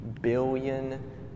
billion